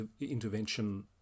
intervention